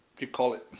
you call it